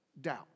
doubt